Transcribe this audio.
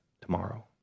tomorrow